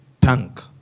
Tank